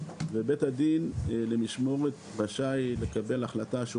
ובית הדין למשמורת רשאי לקבל החלטה שהוא